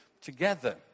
together